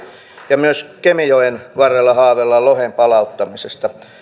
ja myös kemijoen varrella haaveillaan lohen palauttamisesta